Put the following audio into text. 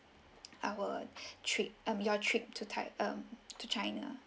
our trip um your trip to taiwan um to china